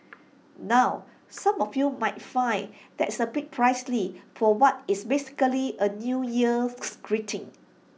now some of you might find that is A bit pricey for what is basically A new year's greeting